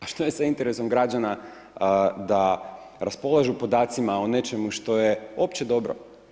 A što je sa interesom građana da raspolažu s podacima o nečemu što je opće dobro?